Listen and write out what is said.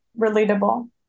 relatable